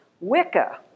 wicca